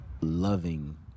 loving